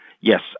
Yes